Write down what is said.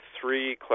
three